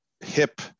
hip